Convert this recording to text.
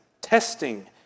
testing